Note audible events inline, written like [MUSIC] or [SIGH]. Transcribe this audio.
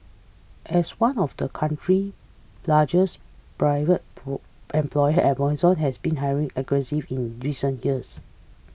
as one of the country largest private [UNINTELLIGIBLE] employer Amazon has been hiring aggressive in recent years